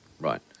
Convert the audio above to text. right